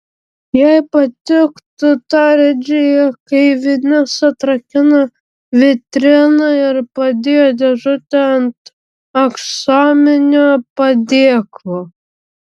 jai patiktų tarė džėja kai vinis atrakino vitriną ir padėjo dėžutę ant aksominio padėklo